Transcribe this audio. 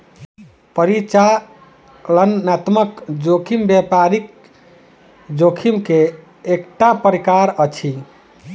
परिचालनात्मक जोखिम व्यापारिक जोखिम के एकटा प्रकार अछि